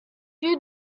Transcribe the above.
you